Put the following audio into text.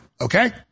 okay